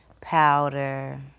powder